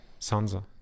Sansa